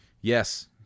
Yes